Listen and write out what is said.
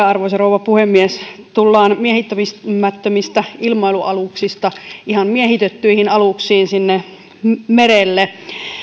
arvoisa rouva puhemies tullaan miehittämättömistä ilmailualuksista ihan miehitettyihin aluksiin merelle